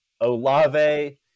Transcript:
Olave